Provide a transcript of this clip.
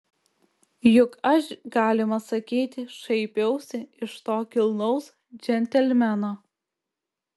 juk aš galima sakyti šaipiausi iš to kilnaus džentelmeno